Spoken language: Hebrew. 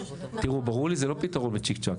ברור לי שזה לא פתרון בצ'יק-צ'אק.